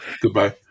goodbye